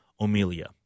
O'Melia